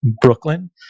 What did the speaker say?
Brooklyn